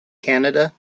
canada